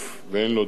ואין לו תקציבים,